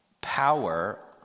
power